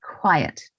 quiet